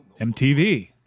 mtv